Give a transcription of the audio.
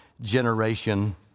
generation